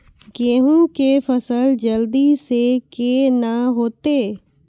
गेहूँ के फसल जल्दी से के ना होते?